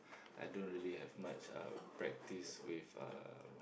I don't really have much uh practice with uh